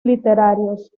literarios